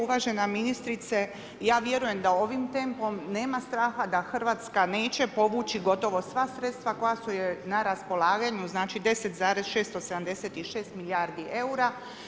Uvažena ministrice, ja vjerujem da ovim tempom nema straha da Hrvatska neće povući gotovo sva sredstva koja su joj na raspolaganju, znači 10,676 milijardi eura.